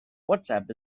whatsapp